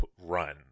run